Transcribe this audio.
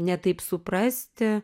ne taip suprasti